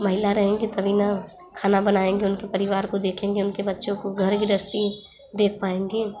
महिला रहेगी तभी ना खाना बनाएंगी उनके परिवार को देखेंगी उनके घर गृहस्ती देख पाएँगी